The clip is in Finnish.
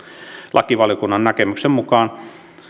lakivaliokunnan näkemyksen mukaan